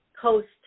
coast